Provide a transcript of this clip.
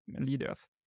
leaders